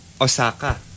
Osaka